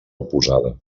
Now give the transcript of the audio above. oposada